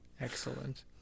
Excellent